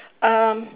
um